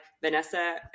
Vanessa